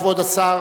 כבוד השר